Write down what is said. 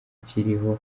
akiriho